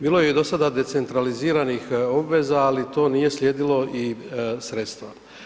Bilo je i do sada decentraliziranih obveza ali to nije slijedilo i sredstva.